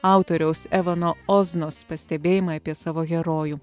autoriaus evano oznos pastebėjimai apie savo herojų